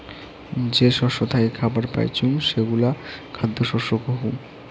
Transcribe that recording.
যে শস্য থাকি খাবার পাইচুঙ সেগুলা খ্যাদ্য শস্য কহু